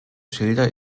schilder